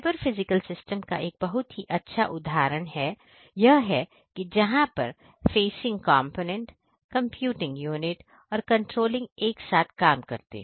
cyber physical systems का एक बहुत ही अच्छा उदाहरण यह है कि जहां पर फेंसिंग कॉम्पोनेंट कंप्यूटिंग कंपोनेंट और कंट्रोलिंग एक साथ काम करते हैं